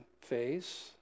phase